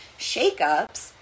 Shakeups